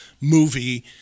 movie